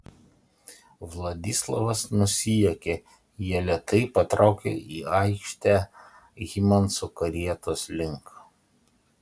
vladislovas nusijuokė jie lėtai patraukė į aikštę hymanso karietos link